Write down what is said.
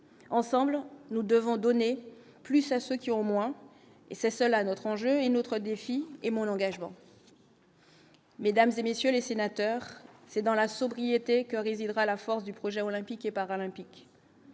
ensemble, nous devons donner plus à ceux qui ont moins et c'est cela notre enjeu et notre défi et mon engagement. Mesdames et messieurs les sénateurs, c'est dans la sobriété que résidera la force du projet olympique et paralympique,